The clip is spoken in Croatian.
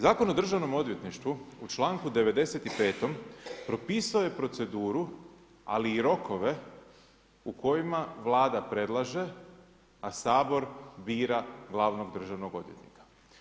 Zakon o Državnom odvjetništvu, u čl. 95. propisao je proceduru, ali i rokove, u kojima Vlada predlaže, a Sabor bira glavnog državnog odvjetnika.